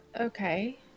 Okay